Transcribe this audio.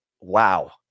wow